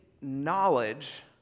knowledge